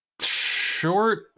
short